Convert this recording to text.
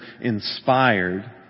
inspired